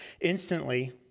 Instantly